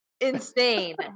insane